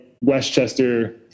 Westchester